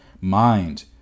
mind